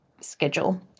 schedule